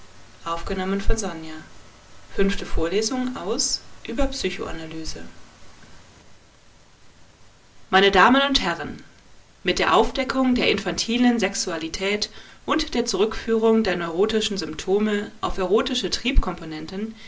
meine damen und herren mit der aufdeckung der infantilen sexualität und der zurückführung der neurotischen symptome auf erotische